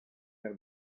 nel